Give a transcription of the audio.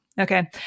okay